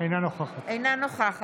אינה נוכחת יצחק